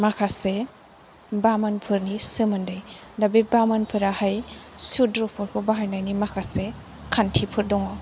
माखासे बामोन फोरनि सोमोन्दै दा बे बामोन फोराहाय सुद्रफोरखौ बाहायनायनि माखासे खान्थिफोर दङ